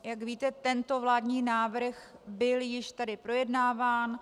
Jak víte, tento vládní návrh byl již tedy projednáván.